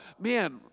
man